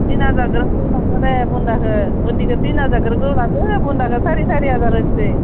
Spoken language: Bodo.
थिन हाजार ग्रोब ग्रोब लादो दे बुन्दाखौ बुन्दिखौ थिन हाजार ग्रोब ग्रोब लादो बुन्दाखौ साराय सारि हाजार होनोसै